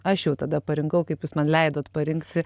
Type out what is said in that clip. aš jau tada parinkau kaip jūs man leidot parinkti